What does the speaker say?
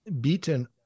beaten